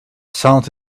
sounds